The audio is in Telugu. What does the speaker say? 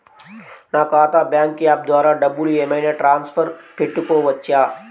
నా ఖాతా బ్యాంకు యాప్ ద్వారా డబ్బులు ఏమైనా ట్రాన్స్ఫర్ పెట్టుకోవచ్చా?